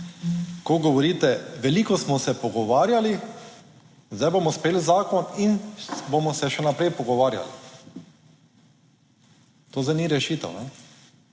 ko govorite, veliko smo se pogovarjali, zdaj bomo sprejeli zakon in bomo se še naprej pogovarjali. To zdaj ni rešitev.